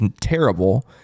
terrible